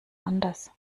anders